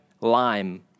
lime